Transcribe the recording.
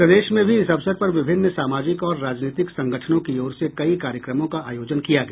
प्रदेश में भी इस अवसर पर विभिन्न सामाजिक और राजनीतिक संगठनों की ओर से कई कार्यक्रमों का आयोजन किया गया